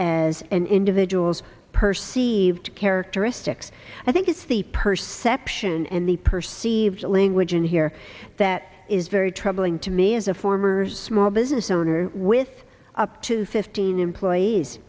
as an individual's perceived characteristics i think it's the perception and the perceived language in here that is very true bowing to me as a former small business owner with up to fifteen employees